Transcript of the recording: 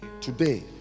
Today